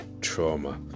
trauma